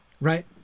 right